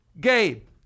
Gabe